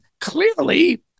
Clearly